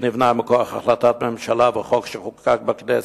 שנבנה מכוח החלטת ממשלה וחוק שחוקק בכנסת.